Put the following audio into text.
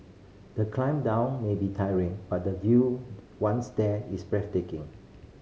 the climb down may be tiring but the view once there is breathtaking